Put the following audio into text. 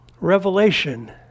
revelation